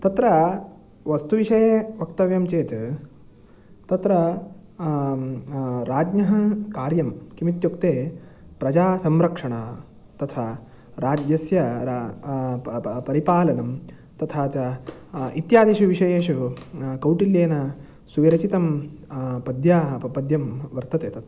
तत्र वस्तु विषये वक्तव्यं चेत् तत्र राज्ञः कार्यं किमित्युक्ते प्रजासंरक्षण तथा राज्यस्य रा प प प परिपालनं तथा च इत्यादिषु विषयेषु कौटिल्येन सुव्यवस्थितं पद्याः पद्यं वर्तते तत्र